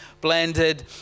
Blended